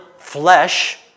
Flesh